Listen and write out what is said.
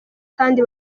kandi